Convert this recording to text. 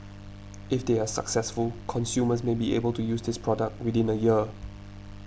if they are successful consumers may be able to use this product within a year